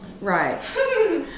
Right